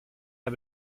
had